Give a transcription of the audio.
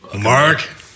Mark